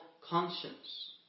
conscience